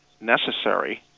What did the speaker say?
necessary